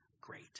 great